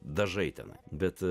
dažai ten bet